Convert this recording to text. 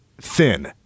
thin